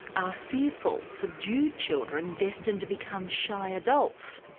are fearful, subdued children destined to become shy adults?